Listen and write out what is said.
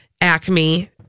Acme